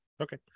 okay